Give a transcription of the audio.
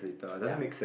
ya